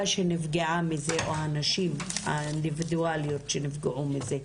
שנפגעה מזה או הנשים האינדיבידואליות שנפגעו בזה.